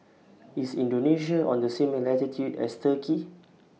IS Indonesia on The same latitude as Turkey